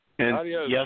Yes